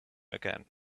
again